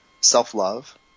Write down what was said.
self-love